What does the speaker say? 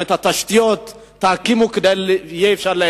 גם את התשתיות תקימו כדי שאפשר יהיה